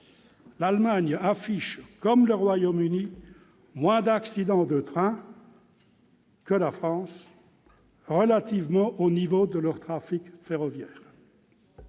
l'Allemagne comme le Royaume-Uni affichent moins d'accidents de trains que la France, relativement au niveau de leur trafic ferroviaire.